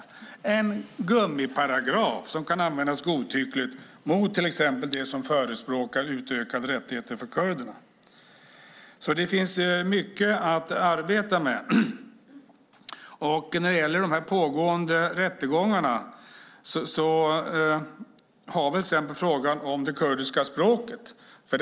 Detta är en gummiparagraf som kan användas godtyckligt mot till exempel dem som förespråkar utökade rättigheter för kurderna. Det finns alltså mycket att arbeta med. När det gäller de pågående rättegångarna har vi till exempel frågan om det kurdiska språket.